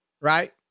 right